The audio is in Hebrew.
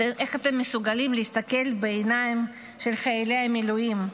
אתם איך אתם מסוגלים להסתכל בעיניים של חיילי המילואים,